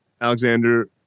Alexander